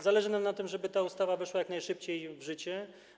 Zależy nam na tym, żeby ta ustawa weszła jak najszybciej w życie.